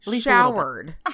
showered